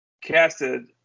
casted